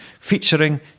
featuring